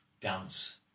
dance